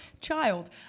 child